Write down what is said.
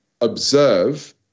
observe